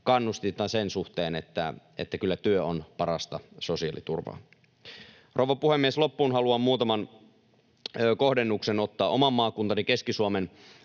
kannustinta sen suhteen, että kyllä työ on parasta sosiaaliturvaa. Rouva puhemies! Loppuun haluan muutaman kohdennuksen ottaa oman maakuntani Keski-Suomen